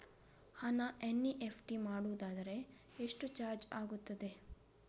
ಹಣ ಎನ್.ಇ.ಎಫ್.ಟಿ ಮಾಡುವುದಾದರೆ ಎಷ್ಟು ಚಾರ್ಜ್ ಆಗುತ್ತದೆ?